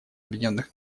объединенных